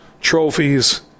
trophies